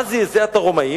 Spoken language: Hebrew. מה זעזע את הרומאים?